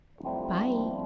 bye